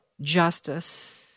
Justice